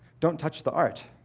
don't touch the art.